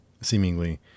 seemingly